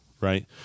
right